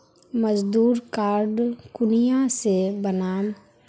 मजदूर कार्ड कुनियाँ से बनाम?